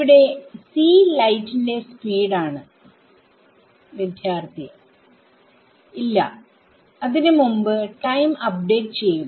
ഇവിടെ c ലൈറ്റിന്റെ speed ആണ് ഇല്ല അതിന് മുമ്പ് ടൈം അപ്ഡേറ്റ് ചെയ്യും